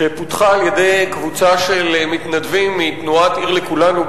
שפותחה על-ידי קבוצה של מתנדבים מתנועת "עיר לכולנו"